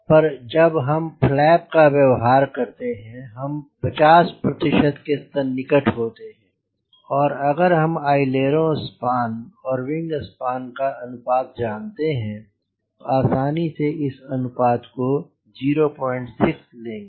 पर जब हम फ्लैप का व्यवहार करते हैं हम 50 प्रतिशत के सन्निकट होते हैं और अगर हम अइलरों स्पान और विंग स्पान का अनुपात जानते हैं तो आसानी से इस अनुपात को 06 लेंगे